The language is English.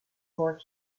more